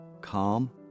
calm